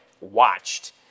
watched